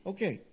Okay